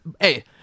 Hey